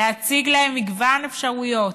להציג להם מגוון אפשרויות.